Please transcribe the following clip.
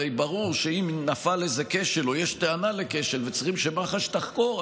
הרי ברור שאם נפל איזה כשל או יש טענה לכשל וצריכים שמח"ש תחקור,